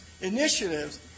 initiatives